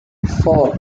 four